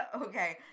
Okay